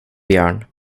björn